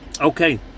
okay